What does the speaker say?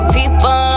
people